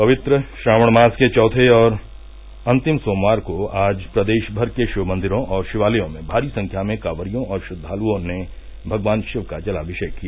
पवित्र श्रावण मास के चौथे और अन्तिम सोमवार को आज प्रदेश भर के शिव मंदिरों और शिवालयों में भारी संख्या में कांवरियों और श्रद्वालुओं ने भगवान शिव का जलामिषेक किया